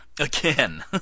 again